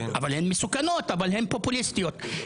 הן מסוכנות, אבל הן פופוליסטיות.